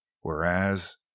whereas